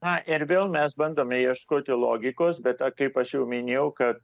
na ir vėl mes bandome ieškoti logikos bet a kaip aš jau minėjau kad